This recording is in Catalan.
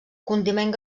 condiment